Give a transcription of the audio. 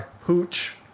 Hooch